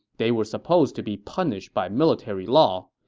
they were supposed to be punished by military law,